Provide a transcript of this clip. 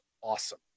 awesome